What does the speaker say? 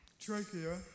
trachea